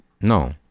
no